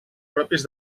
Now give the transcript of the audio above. pròpies